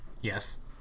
Yes